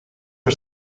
are